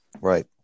Right